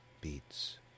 beats